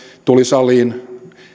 tuli saliin